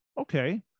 Okay